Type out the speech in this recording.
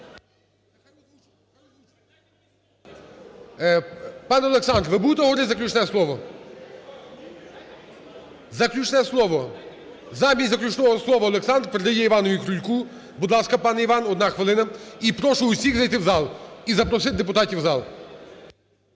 Пан Олександр, ви будете говорити заключне слово? Заключне слово? Замість заключного слова Олександр передає Іванові Крульку. Будь ласка, пане Іване, 1 хвилина. І прошу всіх зайти у зал і запросити депутатів у зал.